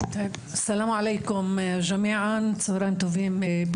סלאם עליכום ג'מיען, צוהריים טובים לכולם.